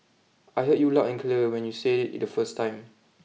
the Malaysian is the first the member of a group to admit his involvement in a gang robbery